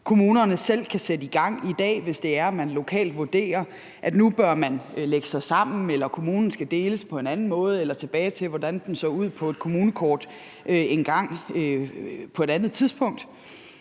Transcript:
kommunerne selv kan sætte i gang i dag, hvis man lokalt vurderer, at nu bør man lægge sig sammen, eller at kommunen skal deles på en anden måde eller tilbage til, hvordan den så ud på et kommunekort engang på et andet tidspunkt.